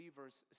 verse